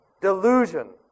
Delusion